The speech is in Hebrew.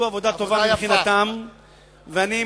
עוד הפעם,